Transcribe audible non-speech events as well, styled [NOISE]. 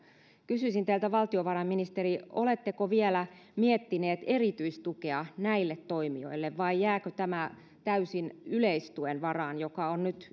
kysyisin teiltä valtiovarainministeri oletteko vielä miettineet erityistukea näille toimijoille vai jääkö tämä täysin yleistuen varaan joka on nyt [UNINTELLIGIBLE]